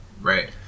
Right